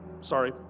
Sorry